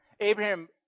Abraham